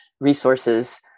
resources